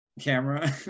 camera